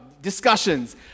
discussions